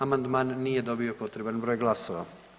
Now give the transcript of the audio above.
Amandman nije dobio potreban broj glasova.